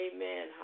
Amen